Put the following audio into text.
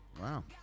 Wow